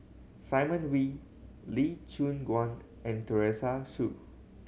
Simon Wee Lee Choon Guan and Teresa Hsu